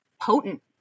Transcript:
Potent